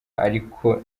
ariko